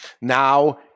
Now